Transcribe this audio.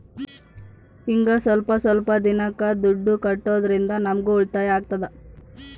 ಹಿಂಗ ಸ್ವಲ್ಪ ಸ್ವಲ್ಪ ದಿನಕ್ಕ ದುಡ್ಡು ಕಟ್ಟೋದ್ರಿಂದ ನಮ್ಗೂ ಉಳಿತಾಯ ಆಗ್ತದೆ